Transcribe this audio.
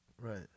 right